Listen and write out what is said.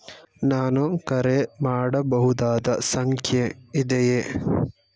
ನಾನು ಕರೆ ಮಾಡಬಹುದಾದ ಸಂಖ್ಯೆ ಇದೆಯೇ?